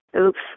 Oops